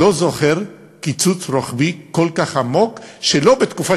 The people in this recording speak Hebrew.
לא זוכר קיצוץ רוחבי כל כך עמוק שלא בתקופה